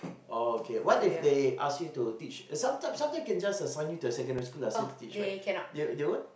oh okay what if they ask you to teach uh sometime sometime they can just assign you to secondary school to teach they they won't